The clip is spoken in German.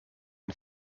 den